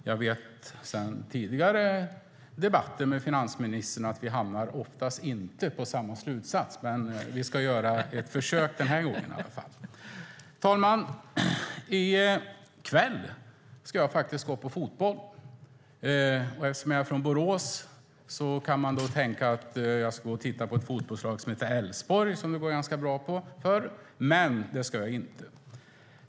Jag vet sedan tidigare debatter med finansministern att vi oftast inte hamnar på samma slutsats, men vi ska i alla fall göra ett försök denna gång. Fru talman! I kväll ska jag faktiskt gå på fotboll. Eftersom jag är från Borås kan man tänka att jag ska gå och titta på ett fotbollslag som heter Elfsborg, som det går ganska bra för. Men det ska jag inte.